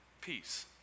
peace